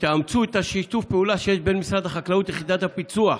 שתאמצו את שיתוף הפעולה שיש בין משרד החקלאות ליחידת הפיצו"ח.